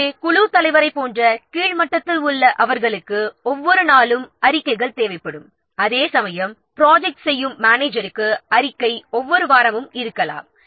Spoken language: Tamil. எனவே குழுத் தலைவரைப் போன்ற கீழ் மட்டத்தில் உள்ள அவர்களுக்கு ஒவ்வொரு நாளும் அறிக்கைகள் தேவைப்படும் அதேசமயம் ப்ராஜெக்ட் செய்யும் மேனேஜருக்கு அறிக்கை ஒவ்வொரு வாரமும் இருக்கலாம்